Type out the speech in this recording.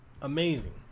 amazing